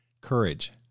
Courage